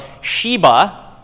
Sheba